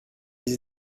les